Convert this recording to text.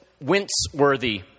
wince-worthy